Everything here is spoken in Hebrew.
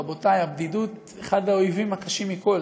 רבותי, הבדידות היא אחד האויבים הקשים מכול: